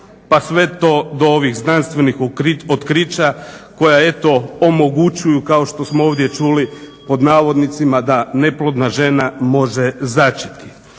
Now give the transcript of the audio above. pa sve do ovih znanstvenih otkrića koja eto omogućuju kao što smo ovdje čuli pod navodnicima da "neplodna žena" može začeti.